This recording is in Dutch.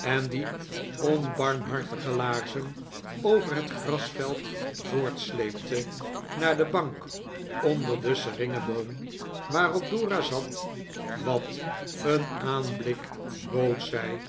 en die onbarmhartige laarzen over het grasveld voortsleepte naar de bank onder den seringeboom waarop dora zat wat een aanblik bood zij